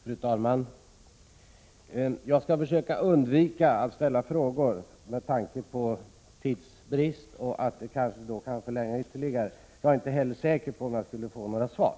Fru talman! Jag skall försöka undvika att ställa frågor, med tanke på tidsbristen och att det kanske kunde förlänga debatten ytterligare — om jag skulle få några svar.